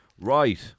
Right